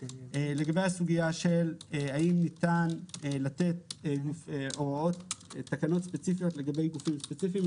לגבי השאלה האם ניתן לתת תקנות ספציפיות לגבי גופים ספציפיים.